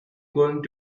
going